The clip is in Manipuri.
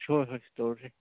ꯍꯣꯏ ꯍꯣꯏ ꯇꯧꯔꯁꯦ